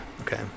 Okay